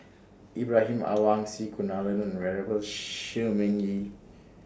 Ibrahim Awang C Kunalan and Venerable Shi Ming Yi